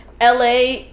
la